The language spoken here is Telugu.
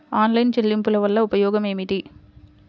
ఆన్లైన్ చెల్లింపుల వల్ల ఉపయోగమేమిటీ?